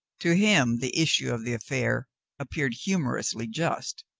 to him the issue of the affair appeared hu morously just.